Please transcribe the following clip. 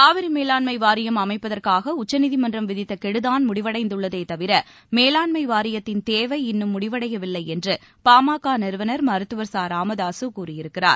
காவிரி மேலாண்மை வாரியம் அமைப்பதற்காக உச்சநீதிமன்றம் விதித்த கெடுதான் முடிவடைந்துள்ளதே தவிர மேலாண்மை வாரியத்தின் தேவை இன்னும் முடிவடையவில்லை என்று பாமக நிறுவனர் மருத்துவர் ச ராமதாசு கூறியிருக்கிறார்